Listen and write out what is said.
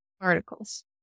articles